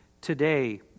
today